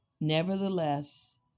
nevertheless